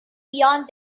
beyond